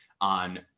on